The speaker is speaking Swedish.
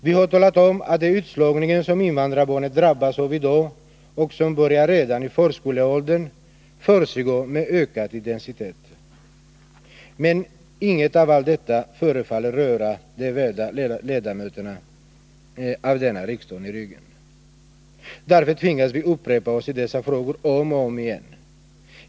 Vi har talat om att den utslagning som invandrarbarnen drabbas av i dag och som börjar redan i förskoleåldern försiggår med ökad intensitet. Men inget av allt detta förefaller röra de värda ledamöterna av denna riksdag i ryggen. Därför tvingas vi upprepa oss i dessa frågor om och om igen.